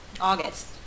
August